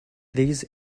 these